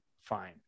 fine